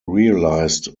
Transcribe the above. realised